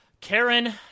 Karen